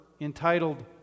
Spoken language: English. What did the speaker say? entitled